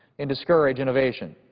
and discourage innovation.